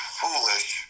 foolish